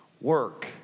work